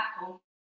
Apple